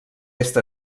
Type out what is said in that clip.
est